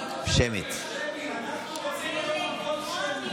אנחנו רוצים, שמי.